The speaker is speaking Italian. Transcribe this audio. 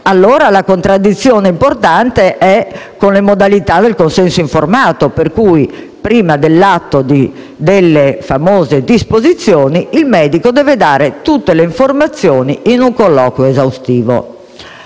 allora la contraddizione importante è con le modalità del consenso informato, per cui prima dell'atto delle famose disposizioni il medico deve dare tutte le informazioni in un colloquio esaustivo.